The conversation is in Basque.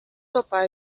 zopa